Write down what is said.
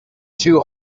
two